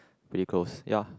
pretty close ya